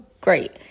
great